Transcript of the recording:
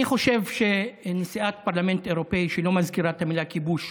אני חושב שנשיאת פרלמנט אירופי שלא מזכירה את המילה "כיבוש"